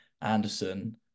Anderson